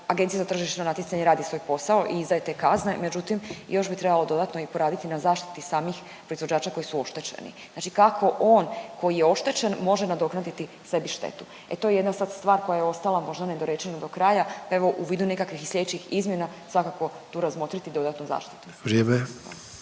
Agencija za tržišno natjecanje radi svoj posao i izdaje te kazne, međutim još bi trebalo dodatno i poraditi na zaštiti samih proizvođača koji su oštećeni. Znači kako on koji je oštećen može nadoknaditi sebi štetu. E to je jedna sad stvar koja je ostala možda nedorečena do kraja, pa evo u vidu nekakvih sljedećih izmjena svakako tu razmotriti … …/Upadica